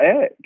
egg